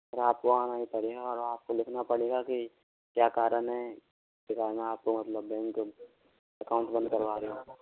और आपको आना ही पड़ेगा और आपको लिखना पड़ेगा के क्या कारण है आपको मतलब बैंक अकाउंट बंद करवा रहे हो